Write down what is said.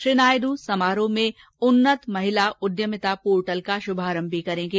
श्री नायड् समारोह में उन्नत महिला उद्यमिता पोर्टल का शुभारंभ भी करेंगे